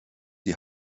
die